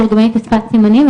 מתורגמנית בשפת סימנים,